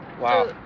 Wow